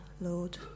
Lord